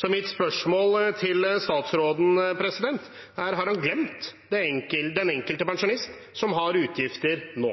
Så mitt spørsmål til statsråden er: Har han glemt den enkelte pensjonist, som har utgifter nå?